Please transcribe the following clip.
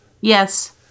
Yes